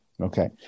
Okay